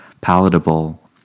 palatable